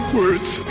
words